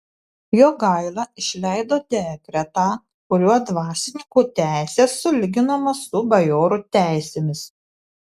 jogaila išleido dekretą kuriuo dvasininkų teisės sulyginamos su bajorų teisėmis